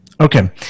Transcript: Okay